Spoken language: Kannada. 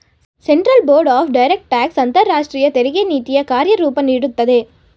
central board of direct tax ಅಂತರಾಷ್ಟ್ರೀಯ ತೆರಿಗೆ ನೀತಿಯ ಕಾರ್ಯರೂಪ ನೀಡುತ್ತದೆ